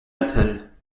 apple